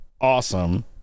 awesome